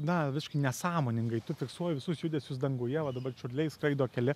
na visiškai nesąmoningai tu fiksuoji visus judesius danguje va dabar čiurliai skraido keli